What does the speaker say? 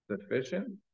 sufficient